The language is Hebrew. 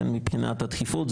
מבחינת הדחיפות,